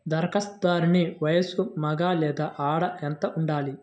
ధరఖాస్తుదారుని వయస్సు మగ లేదా ఆడ ఎంత ఉండాలి?